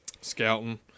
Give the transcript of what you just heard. scouting